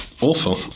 Awful